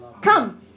come